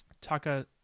taka